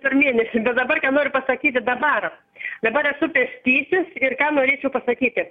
per mėnesį bet dabar ką noriu pasakyti dabar dabar esu pėstysis ir ką norėčiau pasakyti